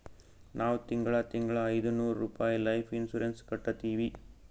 ನಾವ್ ತಿಂಗಳಾ ತಿಂಗಳಾ ಐಯ್ದನೂರ್ ರುಪಾಯಿ ಲೈಫ್ ಇನ್ಸೂರೆನ್ಸ್ ಕಟ್ಟತ್ತಿವಿ